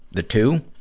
the two?